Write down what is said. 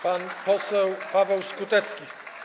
Pan poseł Paweł Skutecki.